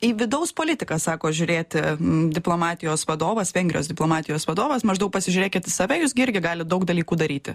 į vidaus politiką sako žiūrėti diplomatijos vadovas vengrijos diplomatijos vadovas maždaug pasižiūrėkit į save jūs gi irgi galit daug dalykų daryti